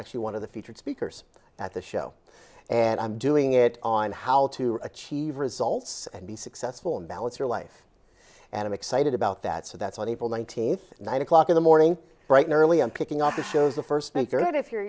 actually one of the featured speakers at the show and i'm doing it on how to achieve results and be successful and balance your life and i'm excited about that so that's what people nineteenth nine o'clock in the morning bright and early on picking up the shows the first make sure that if you're